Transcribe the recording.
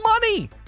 money